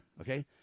Okay